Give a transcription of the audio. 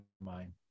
mind